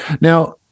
Now